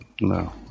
no